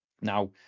Now